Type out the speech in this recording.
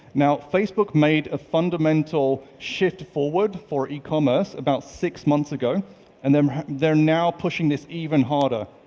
now, facebook made a fundamental shift forward for ecommerce about six months ago and they're they're now pushing this even harder.